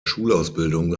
schulausbildung